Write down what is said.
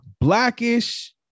blackish